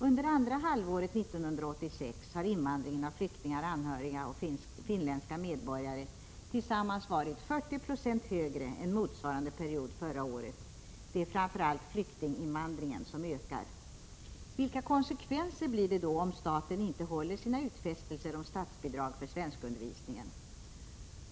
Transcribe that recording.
Under andra halvåret 1986 har invandringen av flyktingar, anhöriga till personer som vistas här samt finländska medborgare tillsammans varit ca 40 6 högre än motsvarande period förra året. Det är framför allt flyktinginvandringen som ökar. Vilka konsekvenser blir det då om staten inte står fast vid sina utfästelser om statsbidrag för svenskundervisningen?